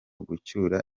gucyura